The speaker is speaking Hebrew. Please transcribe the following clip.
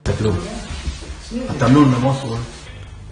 אתה דיברת על זה בישיבה הקודמת בעניין מבקרי הפנים שלעתים